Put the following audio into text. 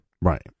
Right